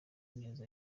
neza